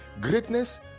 greatness